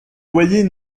loyers